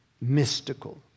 mystical